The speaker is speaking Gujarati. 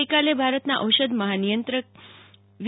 ગઈકાલે ભારતના ઔષધ મહાનિયંત્રક વી